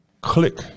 Click